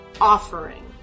offering